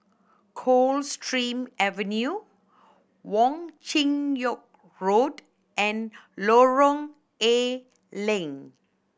Coldstream Avenue Wong Chin Yoke Road and Lorong A Leng